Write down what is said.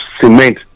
cement